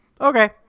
Okay